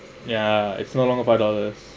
ya it's no longer five dollars